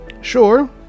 Sure